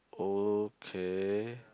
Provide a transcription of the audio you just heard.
okay